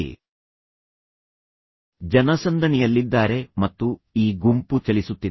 ಜನರ ಗುಂಪು ಅವರು ಜನಸಂದಣಿಯಲ್ಲಿದ್ದಾರೆ ಮತ್ತು ಈ ಗುಂಪು ಚಲಿಸುತ್ತಿದೆ